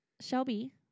Shelby